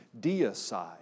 deicide